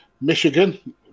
Michigan